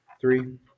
Three